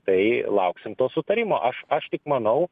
tai lauksim to sutarimo aš aš tik manau